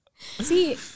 See